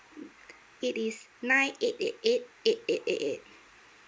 it is nine eight eight eight eight eight eight eight